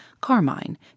carmine